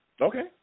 Okay